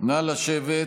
נא לשבת.